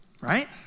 Right